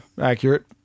Accurate